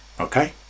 okay